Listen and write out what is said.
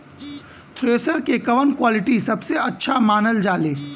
Thresher के कवन quality सबसे अच्छा मानल जाले?